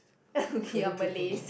we are Malays